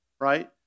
right